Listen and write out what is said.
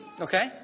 okay